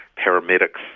paramedics,